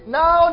now